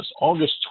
August